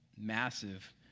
Massive